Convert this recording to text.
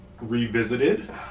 revisited